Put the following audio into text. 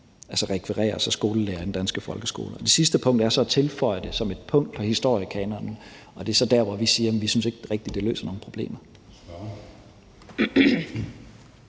kan rekvireres af skolelærere i den danske folkeskole. Det sidste punkt er så at tilføje det som et punkt på historiekanonen, og det er så der, hvor vi siger, at vi ikke rigtig synes, det løser nogen problemer.